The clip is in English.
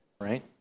right